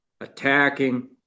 attacking